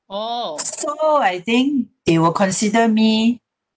so I think they will consider me